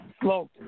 float